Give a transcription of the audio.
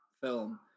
film